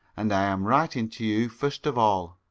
and i am writing to you first of all.